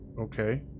Okay